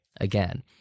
again